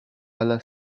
alla